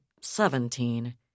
seventeen